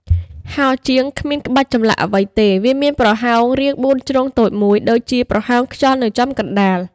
ហោជាងគ្មានក្បាច់ចម្លាក់អ្វីទេ វាមានប្រហោងរាងបួនជ្រុងតូចមួយដូចជាប្រហោងខ្យល់នៅចំកណ្តាល។